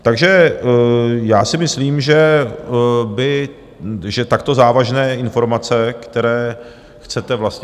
Takže já si myslím, že takto závažné informace, které chcete vlastně...